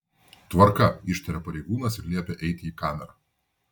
tvarka ištaria pareigūnas ir liepia eiti į kamerą